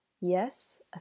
Yes